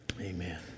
Amen